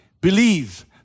Believe